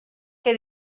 que